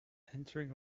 entering